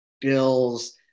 bills